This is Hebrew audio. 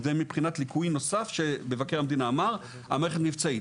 ומבחינת ליקוי נוסף שמבקר המדינה אמר המערכת מבצעית.